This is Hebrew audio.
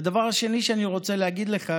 והדבר השני שאני רוצה להגיד לך,